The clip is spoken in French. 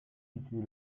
située